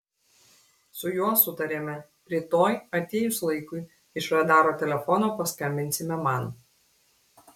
su juo sutarėme rytoj atėjus laikui iš radaro telefono paskambinsime man